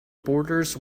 borders